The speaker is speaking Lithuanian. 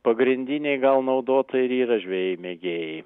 pagrindiniai gal naudotojai ir yra žvejai mėgėjai